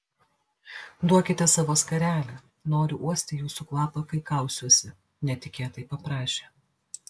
duokite savo skarelę noriu uosti jūsų kvapą kai kausiuosi netikėtai paprašė